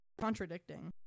Contradicting